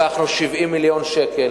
לקחנו 70 מיליון שקל